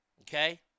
Okay